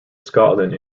scotland